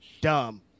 Dumb